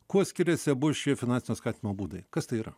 kuo skiriasi abu šie finansinio skatinimo būdai kas tai yra